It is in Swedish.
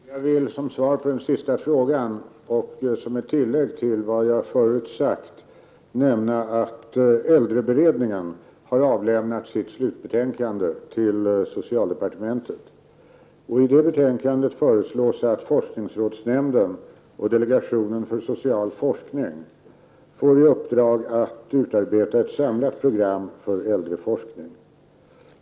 Herr talman! Jag vill som svar på den sista frågan och som tillägg till vad jag förut sagt nämna att äldreberedningen har avlämnat sitt slutbetänkande till ' socialdepartementet. I betänkandet föreslås att forskningsrådsnämnden och delegationen för social forskning får i uppdrag att utarbeta ett samlat program för äldreforskning.